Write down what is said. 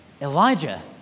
Elijah